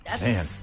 Man